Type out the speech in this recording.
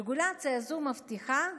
הרגולציה הזו מבטיחה,